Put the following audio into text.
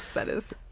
that is.